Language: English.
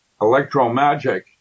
Electromagic